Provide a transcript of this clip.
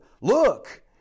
look